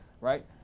right